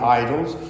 idols